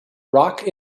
rock